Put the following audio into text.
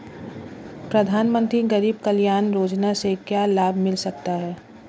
प्रधानमंत्री गरीब कल्याण योजना से क्या लाभ मिल सकता है?